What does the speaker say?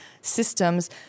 systems